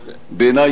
בעיני,